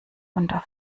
unter